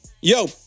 Yo